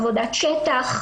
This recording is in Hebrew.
עבודת שטח,